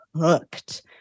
hooked